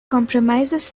comprises